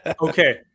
Okay